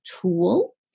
tool